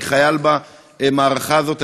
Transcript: אני חייל במערכה הזאת.